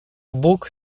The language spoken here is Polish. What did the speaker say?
bóg